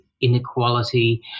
inequality